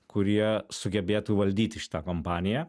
kurie sugebėtų valdyti šitą kompaniją